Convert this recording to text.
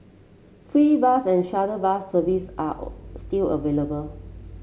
free bus and shuttle bus service are still available